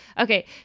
Okay